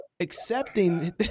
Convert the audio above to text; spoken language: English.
Accepting